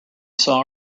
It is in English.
saw